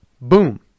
boom